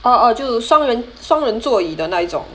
oh oh 就双人双人座椅的那一种